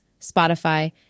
Spotify